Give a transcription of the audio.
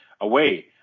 away